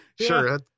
Sure